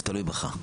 זה תלוי בך,